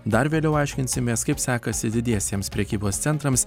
dar vėliau aiškinsimės kaip sekasi didiesiems prekybos centrams